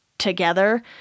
together